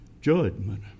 judgment